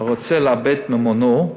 הרוצה לאבד ממונו,